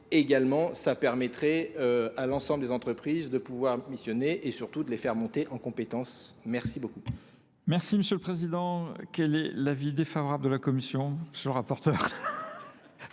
également ça permettrait à l'ensemble des entreprises de pouvoir missionner et surtout de les faire monter en compétence. Merci beaucoup. Merci Monsieur le Président. Quel est l'avis des familles La vie défavorable de la Commission, monsieur le rapporteur.